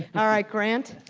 alright, grant?